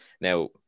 now